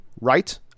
right